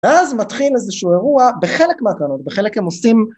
אז מתחיל איזשהו אירוע בחלק מהקנות בחלק הם עושים